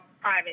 private